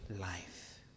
life